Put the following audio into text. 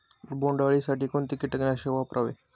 बोंडअळी साठी कोणते किटकनाशक वापरावे?